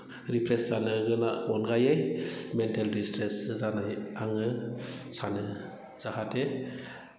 refresh जानो अनगायै mental डिस्ट्रेससो जायो आङो सानो जाहाथे